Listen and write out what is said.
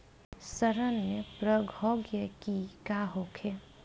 सड़न प्रधौगकी का होखे?